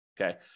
Okay